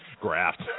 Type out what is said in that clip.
Graft